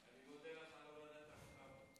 אני מודה לך על הורדת האוקטבות.